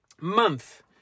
month